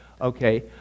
Okay